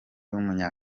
w’umunya